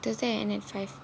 thursday I end at five